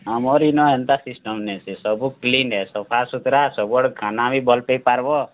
ଆମର୍ ଇନ ହେନ୍ତା ସିଷ୍ଟମ୍ ନାଇଁ ସେ ସବୁ କ୍ଲିନ୍ ଏ ସଫାସୁତ୍ରା ସବୁଆଡ଼େ ଖାନା ବି ଭଲ୍ ପାଇପାର୍ବ